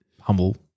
humble